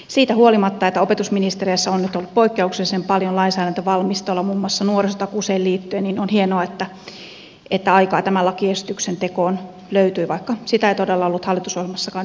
siitä huolimatta että opetusministeriössä on nyt ollut poikkeuksellisen paljon lainsäädäntövalmistelua muun muassa nuorisotakuuseen liittyen on hienoa että aikaa tämän lakiesityksen tekoon löytyi vaikka sitä ei todella ollut hallitusohjelmassakaan ylös kirjattu